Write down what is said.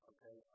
Okay